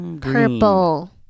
Purple